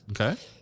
Okay